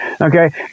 okay